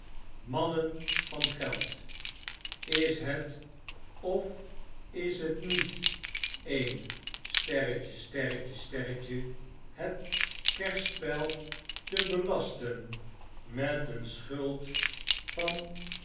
mannen van geld is het of is het niet een het kerspel te belasten met een schuld van